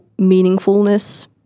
meaningfulness